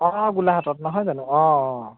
অঁ গোলাঘাটত নহয় জানোঁ অঁ অঁ